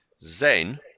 Zen